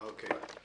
אוקיי.